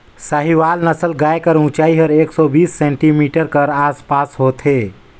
साहीवाल नसल गाय कर ऊंचाई हर एक सौ बीस सेमी कर आस पास होथे